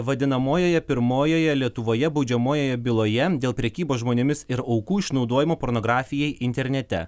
vadinamojoje pirmojoje lietuvoje baudžiamojoje byloje dėl prekybos žmonėmis ir aukų išnaudojimo pornografijai internete